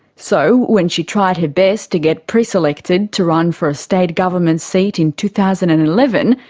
so when she tried her best to get preselected to run for a state government seat in two thousand and eleven,